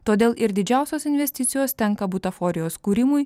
todėl ir didžiausios investicijos tenka butaforijos kūrimui